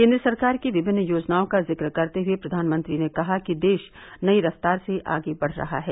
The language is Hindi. केन्द्र सरकार की विभिन्न योजनाओं का जिक्र करते हुए प्रधानमंत्री ने कहा देश नयी रफ्तार से आगे बढ़ रहा है